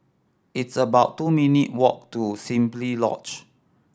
it's about two minute walk to Simply Lodge